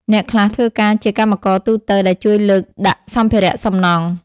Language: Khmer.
អ្នកខ្លះធ្វើការជាកម្មករទូទៅដែលជួយលើកដាក់សម្ភារៈសំណង់។